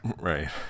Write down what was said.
Right